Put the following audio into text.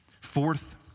Fourth